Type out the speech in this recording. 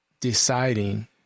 deciding